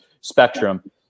spectrum